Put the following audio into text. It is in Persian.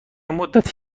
مدت